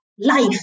Life